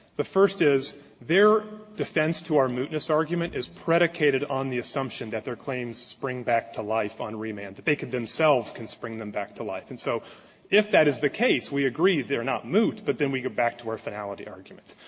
the first is their defense to our mootness argument is predicated on the assumption that their claims spring back to life on remanded they could themselves spring them back to life. and so if that is the case, we agree they are not moot, but then we go back to our finality argument.